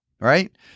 Right